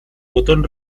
botón